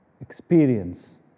experience